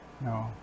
no